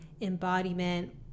embodiment